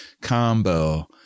combo